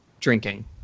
drinking